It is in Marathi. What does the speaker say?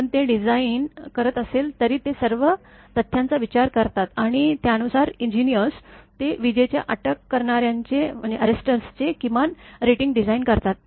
पण ते डिझाइन करत असले तरी ते सर्व तथ्यांचा विचार करतात आणि त्यानुसार इंजिनीअर्स ते विजेच्या अटक करणाऱ्यांचे किमान रेटिंग डिझाइन करतात